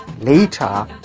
later